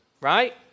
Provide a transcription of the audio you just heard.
right